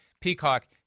Peacock